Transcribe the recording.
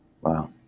Wow